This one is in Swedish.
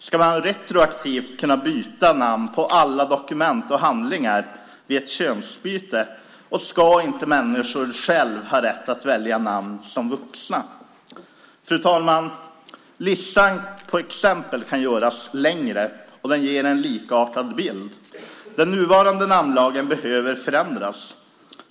Ska man retroaktivt kunna byta namn på alla dokument och handlingar vid ett könsbyte, och ska inte människor själva ha rätt att välja namn som vuxna? Fru talman! Listan på exempel kan göras längre, och den ger en likartad bild. Den nuvarande namnlagen behöver förändras.